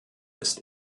ist